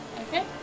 Okay